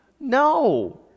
No